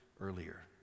earlier